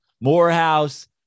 Morehouse